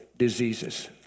diseases